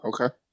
okay